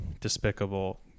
despicable